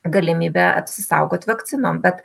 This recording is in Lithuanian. galimybę apsisaugoti vakcinom bet